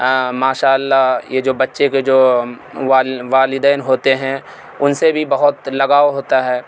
ماشاء اللہ یہ جو بچے کے جو وال والدین ہوتے ہیں ان سے بھی بہت لگاؤ ہوتا ہے